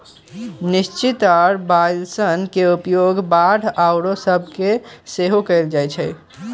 निश्चित आऽ विश्लेषण के उपयोग बांड आउरो सभ में सेहो कएल जाइ छइ